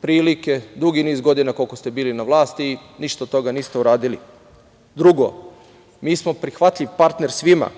prilike dugi niz godina koliko ste bili na vlasti i ništa od toga niste uradili. Drugo, mi smo prihvatljiv partner svima,